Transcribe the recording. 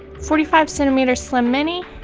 forty five centimeter slim mini,